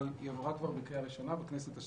אבל היא עברה בקריאה ראשונה ב-2018.